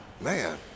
man